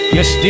Yes